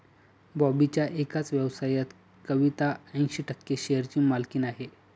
बॉबीच्या एकाच व्यवसायात कविता ऐंशी टक्के शेअरची मालकीण आहे